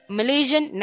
Malaysian